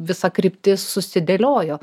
visa kryptis susidėliojo